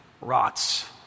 rots